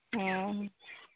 ᱦᱮᱸ